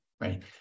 right